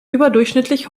überdurchschnittlich